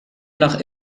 noch